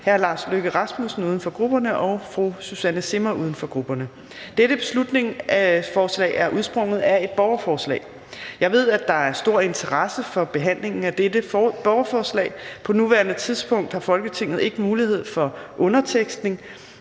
Kl. 18:51 Forhandling Fjerde næstformand (Trine Torp): Dette beslutningsforslag er udsprunget af et borgerforslag. Jeg ved, at der er stor interesse for behandlingen af dette borgerforslag. På nuværende tidspunkt har Folketinget ikke mulighed for undertekstning,